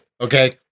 Okay